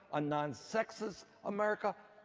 a non sex ist america.